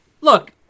look